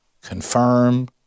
confirm